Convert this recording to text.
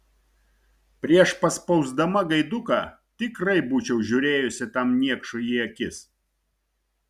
prieš paspausdama gaiduką tikrai būčiau žiūrėjusi tam niekšui į akis